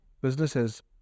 businesses